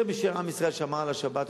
יותר משעם ישראל שמר על השבת,